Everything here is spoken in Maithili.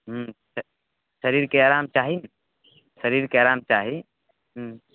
ह्म्म तऽ शरीरकेँ आराम चाही ने शरीरकेँ आराम चाही ह्म्म